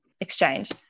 exchange